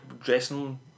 dressing